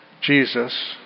Jesus